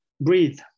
Breathe